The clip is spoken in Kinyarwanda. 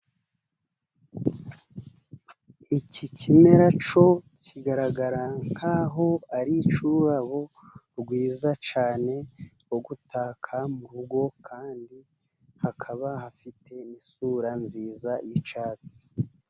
Iki kimera cyo kigaragara nk'aho ari icy'ururabo rwiza cyane, rwo gutaka mu rugo, kandi hakaba hafite n'isura nziza y'icyatsi.